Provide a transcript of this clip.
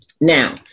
Now